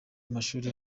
amashuri